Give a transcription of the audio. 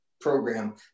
program